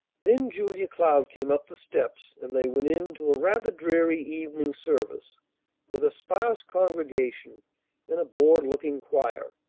then julia cloud came up the steps, and they went in to a rather dreary evening service with a sparse congregation and a bored-looking choir,